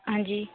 ਹਾਂਜੀ